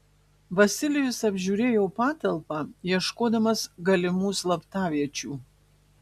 vasilijus apžiūrėjo patalpą ieškodamas galimų slaptaviečių